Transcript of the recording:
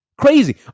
Crazy